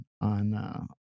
on